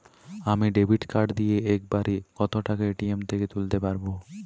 আমি debit card দিয়ে এক বারে কত টাকা এ.টি.এম থেকে তুলতে পারবো?